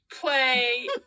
play